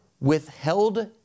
withheld